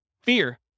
Fear